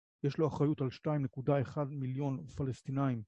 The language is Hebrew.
יש לו אחריות על 2.1 מיליון פלסטינאים